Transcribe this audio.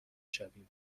شویم